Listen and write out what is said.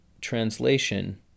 translation